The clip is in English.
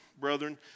brethren